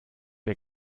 ihr